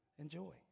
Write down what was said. Enjoy